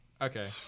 Okay